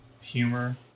humor